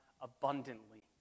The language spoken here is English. abundantly